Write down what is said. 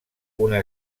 una